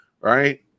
right